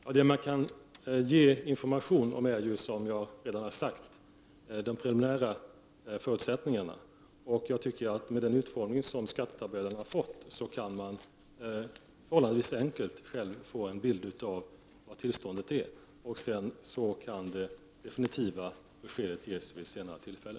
Herr talman! Det som man kan ge information om är, som jag redan har sagt, de preliminära förutsättningarna. Med den utformning som skattetabellerna har fått kan man förhållandevis enkelt själv få en bild av hur tillståndet är. Sedan kan det definitiva beskedet ges vid ett senare tillfälle.